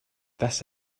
this